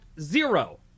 zero